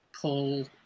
pull